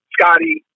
Scotty